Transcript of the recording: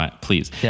Please